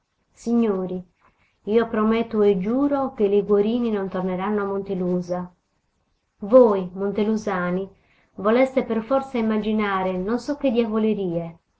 signori io prometto e giuro che i liguorini non torneranno a montelusa voi montelusani voleste per forza immaginare non so che diavolerie